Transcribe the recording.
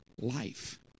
life